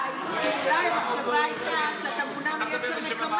אולי המחשבה הייתה שאתה מונע מיצר נקמה,